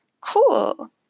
Cool